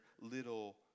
little